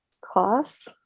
class